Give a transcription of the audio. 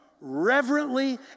reverently